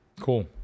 Cool